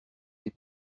les